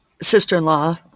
sister-in-law